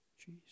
Jesus